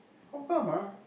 how come ah